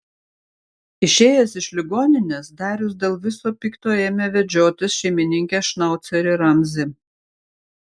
išėjęs iš ligoninės darius dėl viso pikto ėmė vedžiotis šeimininkės šnaucerį ramzį